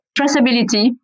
traceability